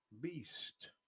Beast